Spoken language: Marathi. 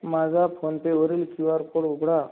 माझा फोनपे वरील क्यू आर कोड उघडा